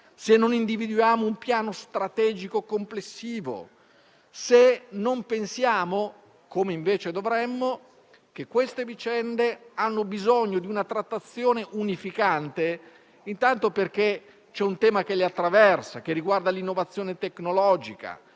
se non individuiamo un piano strategico complessivo, se non pensiamo, come invece dovremmo, che tali vicende hanno bisogno di una trattazione unificante. Questo perché c'è un tema che le attraversa, che riguarda l'innovazione tecnologica,